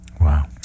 Wow